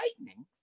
Lightning